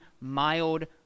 mild